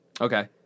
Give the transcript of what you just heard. Okay